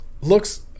looks